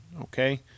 Okay